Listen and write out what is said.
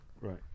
right